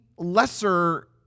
Lesser